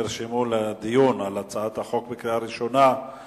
נרשמו לדיון על הצעת החוק חבר הכנסת